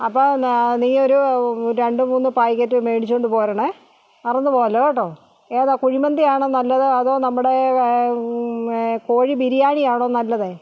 അപ്പം ന നീ ഒരു രണ്ട് മൂന്ന് പാക്കറ്റ് മേടിച്ചുകൊണ്ട് പോരണേ മറന്നുപോകല്ല് കേട്ടോ ഏതാണ് കുഴിമന്തിയാണോ നല്ലത് അതോ നമ്മുടെ കോഴി ബിരിയാണി ആണോ നല്ലത്